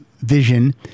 vision